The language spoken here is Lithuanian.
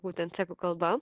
būtent čekų kalba